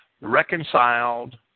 reconciled